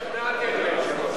אני השתכנעתי, אדוני היושב-ראש.